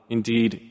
Indeed